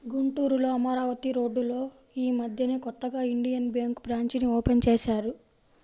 గుంటూరులో అమరావతి రోడ్డులో యీ మద్దెనే కొత్తగా ఇండియన్ బ్యేంకు బ్రాంచీని ఓపెన్ చేశారు